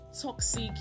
toxic